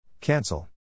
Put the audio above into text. Cancel